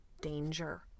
danger